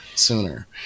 sooner